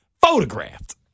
photographed